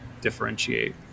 differentiate